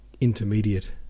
intermediate